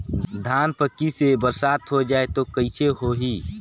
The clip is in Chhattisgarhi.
धान पक्की से बरसात हो जाय तो कइसे हो ही?